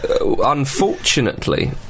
Unfortunately